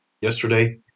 yesterday